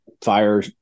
fire